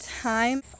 time